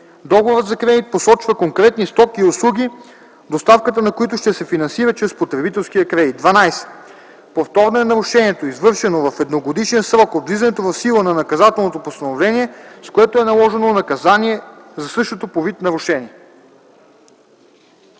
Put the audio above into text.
договорът за кредит посочва конкретни стоки или услуги, доставката на които ще се финансират чрез потребителския кредит. 12. „Повторно” е нарушението, извършено в едногодишен срок от влизането в сила на наказателното постановление, с което е наложено наказание за същото по вид нарушение.”